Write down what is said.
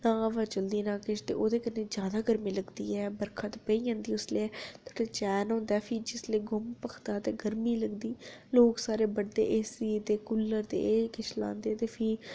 ना हवा चलदी ना किश ओह्दे कन्नै जादा गर्मी लगदी ते ते बर्खा पेई जंदी उसलै ते इक्क चैन होंदा ते जिसलै गर्मी होंदी ते लोक सारे बड़दे एसी ते कूलर एह् किश लांदे ते भी